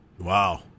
Wow